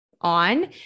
on